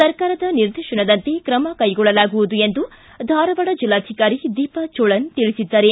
ಸರ್ಕಾರದ ನಿರ್ದೇಶನದಂತೆ ಕ್ರಮ ಕೈಗೊಳ್ಳಲಾಗುವುದು ಎಂದು ಧಾರವಾಡ ಜಿಲ್ಲಾಧಿಕಾರಿ ದೀಪಾ ಜೋಳನ್ ತಿಳಿಸಿದ್ದಾರೆ